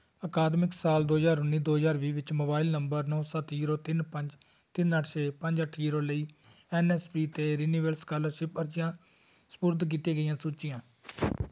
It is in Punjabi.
ਅਕਾਦਮਿਕ ਸਾਲ ਦੋ ਹਜ਼ਾਰ ਉੱਨੀ ਦੋ ਹਜ਼ਾਰ ਵੀਹ ਵਿੱਚ ਮੋਬਾਈਲ ਨੰਬਰ ਨੌ ਸੱਤ ਜ਼ੀਰੋ ਤਿੰਨ ਪੰਜ ਤਿੰਨ ਅੱਠ ਛੇ ਪੰਜ ਅੱਠ ਜ਼ੀਰੋ ਲਈ ਐੱਨ ਐੱਸ ਪੀ 'ਤੇ ਰਿਨਿਵੇਲ ਸਕਾਲਰਸ਼ਿਪ ਅਰਜ਼ੀਆਂ ਸਪੁਰਦ ਕੀਤੀਆਂ ਗਈਆਂ ਸੂਚੀਆਂ